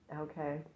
Okay